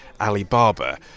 Alibaba